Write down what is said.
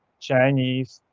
chinese,